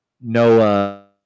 no